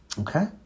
Okay